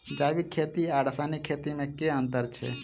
जैविक खेती आ रासायनिक खेती मे केँ अंतर छै?